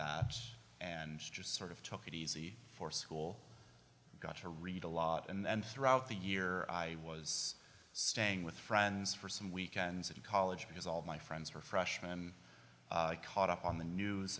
that and just sort of took it easy for school and got to read a lot and throughout the year i was staying with friends for some weekends at college because all of my friends were freshman caught up on the news